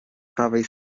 prawej